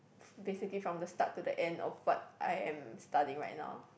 basically from the start to the end of what I am studying right now